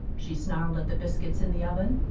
she snarled at the biscuits in the oven.